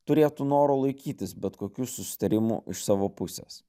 turėtų noro laikytis bet kokių susitarimų iš savo pusės